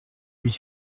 huit